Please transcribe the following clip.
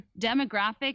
demographic